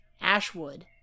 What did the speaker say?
ashwood